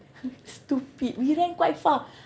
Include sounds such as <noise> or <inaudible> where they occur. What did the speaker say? <laughs> stupid we ran quite far